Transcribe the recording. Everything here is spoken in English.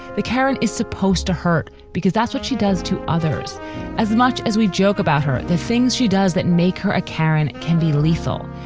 the karen is supposed to hurt because that's what she does to others as much as we joke about her. the things she does that make her a karen can be lethal.